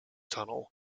tunnel